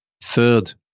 Third